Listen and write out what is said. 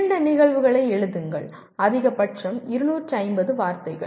இரண்டு நிகழ்வுகளை எழுதுங்கள் அதிகபட்சம் 250 வார்த்தைகள்